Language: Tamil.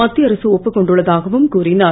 மத்திய அரச ஒப்புக் கொண்டுள்ள தாகவும் கூறிஞர்